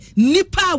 nipa